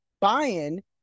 buy-in